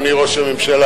אדוני ראש הממשלה,